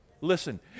listen